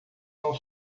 não